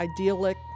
idyllic